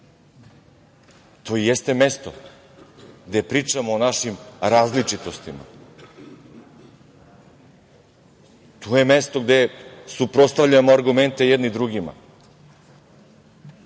To jeste mesto gde pričamo o našim različitostima. To je mesto gde suprotstavljamo argumente jedni drugima. Tako